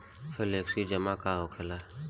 Flexi जमा का होखेला?